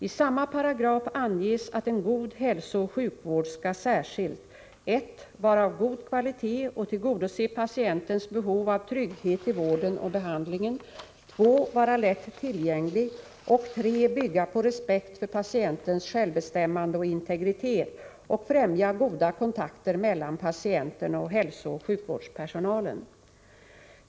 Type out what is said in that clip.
I samma paragraf anges att en god hälsooch sjukvård skall särskilt 1. vara av god kvalitet och tillgodose patientens behov av trygghet i vården 2. vara lätt tillgänglig och 3. bygga på respekt för patientens självbestämmande och integritet och främja goda kontakter mellan patienten och hälsooch sjukvårdspersonalen.